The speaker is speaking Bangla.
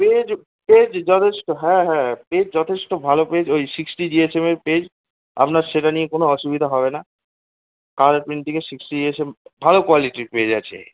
পেজ পেজ যথেষ্ট হ্যাঁ হ্যাঁ পেজ যথেষ্ট ভালো পেজ ওই সিক্সটি জিএসএম এর পেজ আপনার সেটা নিয়ে কোনো অসুবিধা হবে না কালার প্রিন্টিংয়ে সিক্সটি জিএসএম ভালো কোয়ালিটির পেজ আছে